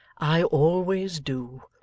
i always do